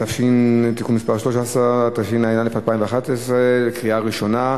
התשע"א 2011, קריאה ראשונה.